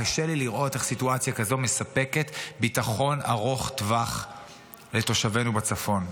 קשה לי לראות איך סיטואציה כזו מספקת ביטחון ארוך טווח לתושבינו בצפון.